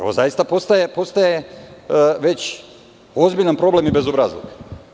Ovo zaista postaje već ozbiljan problem i bezobrazluk.